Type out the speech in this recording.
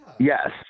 Yes